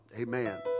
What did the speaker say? Amen